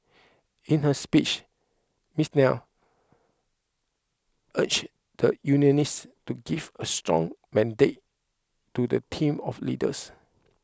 in her speech Miss Nair urged the unionists to give a strong mandate to the team of leaders